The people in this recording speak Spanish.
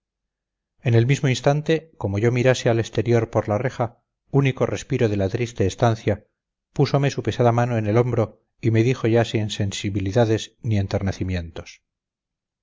en el mismo instante como yo mirase al exterior por la reja único respiro de la triste estancia púsome su pesada mano en el hombro y me dijo ya sin sensibilidades ni